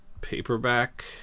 paperback